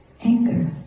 anger